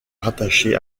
rattaché